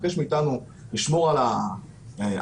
לבקש מאיתנו לשמור על ההגבלות,